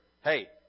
Hey